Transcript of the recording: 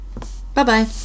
Bye-bye